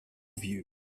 view